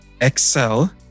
excel